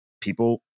people